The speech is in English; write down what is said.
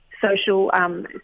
social